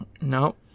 Nope